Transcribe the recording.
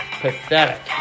pathetic